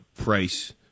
price